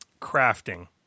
Crafting